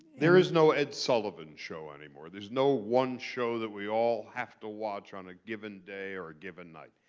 there is no ed sullivan show any more. there's no one show that we all have to watch on a given day or a given night.